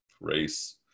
Race